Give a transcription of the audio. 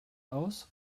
aus